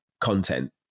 content